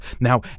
Now